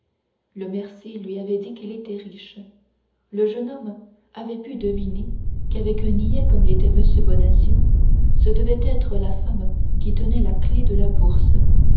le mercier lui avait dit qu'il était riche le jeune homme avait pu deviner qu'avec un niais comme l'était m bonacieux ce devait être la femme qui tenait la clef de la bourse